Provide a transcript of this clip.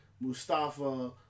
Mustafa